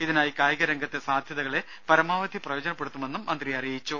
ഇതിനായി കായിക രംഗത്തെ സാധ്യതകളെ പരമാവധി പ്രയോജനപ്പെടുത്തുമെന്നും മന്ത്രി പറഞ്ഞു